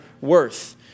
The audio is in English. worth